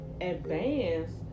advanced